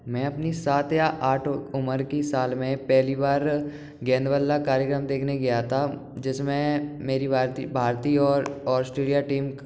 मैं अपनी सात या आठ उम्र की साल में पहली बार गेंद बल्ला कार्यक्रम देखने गया था जिसमें मेरी भारतीय और ऑस्ट्रेलिया टीम